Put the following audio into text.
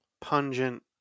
pungent